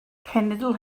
cenedl